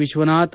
Vishwanath